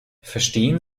verstehen